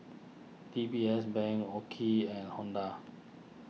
D B S Bank Oki and Honda